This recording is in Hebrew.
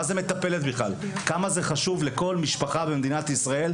מה זה מטפלת בכלל וכמה זה חשוב לכל משפחה במדינת ישראל,